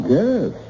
yes